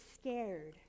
scared